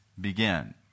begin